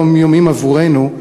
היומיומיים עבורנו,